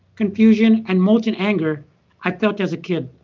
confusion and molten anger i felt as a kid.